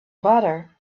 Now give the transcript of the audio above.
butter